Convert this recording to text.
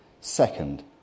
Second